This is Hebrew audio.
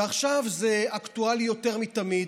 ועכשיו זה אקטואלי יותר מתמיד.